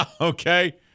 Okay